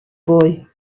boy